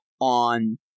on